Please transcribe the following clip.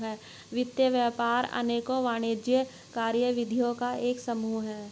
वित्त व्यापार अनेकों वाणिज्यिक कार्यविधियों का एक समूह है